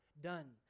done